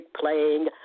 playing